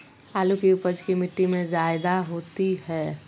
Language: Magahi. आलु की उपज की मिट्टी में जायदा होती है?